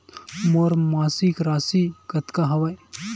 मोर मासिक राशि कतका हवय?